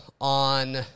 on